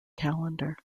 calendar